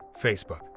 Facebook